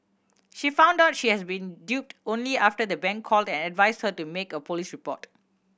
she found out she has been duped only after the bank called and advised her to make a police report